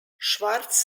schwartz